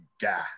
guy